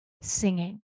singing